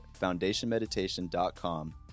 foundationmeditation.com